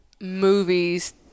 movies